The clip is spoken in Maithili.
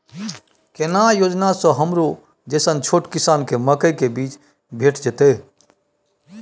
केना योजना स हमरो जैसन छोट किसान के मकई के बीज भेट जेतै?